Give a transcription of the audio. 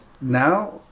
now